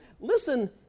listen